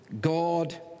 God